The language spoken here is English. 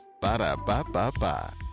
Ba-da-ba-ba-ba